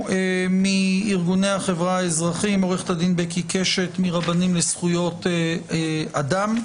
מארגוני החברה האזרחיים: עורכת הדין בקי קשת מרבנים לזכויות אדם,